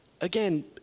Again